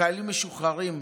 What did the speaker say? חיילים משוחררים,